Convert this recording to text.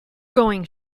going